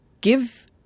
give